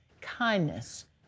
kindness